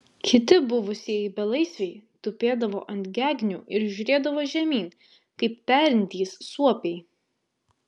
kiti buvusieji belaisviai tupėdavo ant gegnių ir žiūrėdavo žemyn kaip perintys suopiai